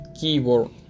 keyboard